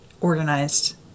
organized